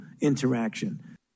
interaction